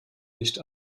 nicht